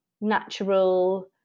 natural